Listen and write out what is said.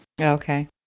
Okay